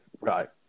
Right